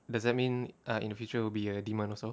does that mean ah in the future will be a demand also